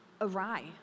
awry